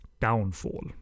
downfall